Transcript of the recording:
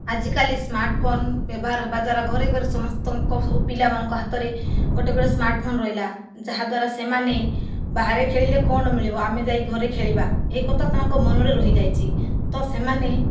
ଆଜି କାଲି smart phone ବ୍ୟବହାର ହେବା ଦ୍ୱାରା ଘରେ ଘରେ ସମସ୍ତଙ୍କ ସବୁ ପିଲାମାନଙ୍କ ହାତରେ ଗୋଟିଏ ଗୋଟିଏ ସ୍ମାର୍ଟ ଫୋନ୍ ରହିଲା ଯାହାଦ୍ୱାରା ସେମାନେ ବାହାରେ ଖେଳିଲେ କଣ ମିଳିବ ଆମେ ଯାଇ ଘରେ ଖେଳିବା ଏ କଥା ତାଙ୍କ ମନରେ ରହି ଯାଇଛି ତ ସେମାନେ